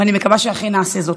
ואני מקווה שאכן נעשה זאת.